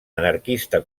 anarquista